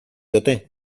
ote